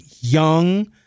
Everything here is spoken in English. young